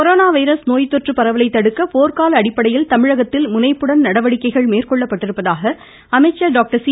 corona virus நோய் தொற்று பரவலை தடுக்க போர்க்கால அடிப்படையில் தமிழகத்தில் முனைப்புடன் நடவடிக்கைகள் மேற்கொள்ளப்பட்டிருப்பதாக அமைச்சர் டாக்டர் சி